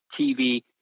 TV